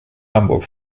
hamburg